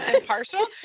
impartial